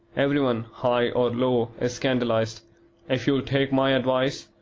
everyone, high or low, is scandalised if you'll take my advice,